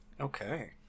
Okay